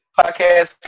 podcast